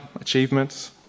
achievements